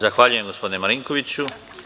Zahvaljujem, gospodine Marinkoviću.